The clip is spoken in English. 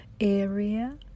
area